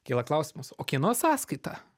kyla klausimas o kieno sąskaita